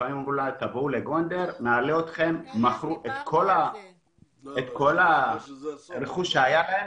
לפעמים אמרו להם לבוא לגונדר והם מכרו את כל מה שהיה להם,